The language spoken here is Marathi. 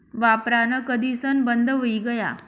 वापरान कधीसन बंद हुई गया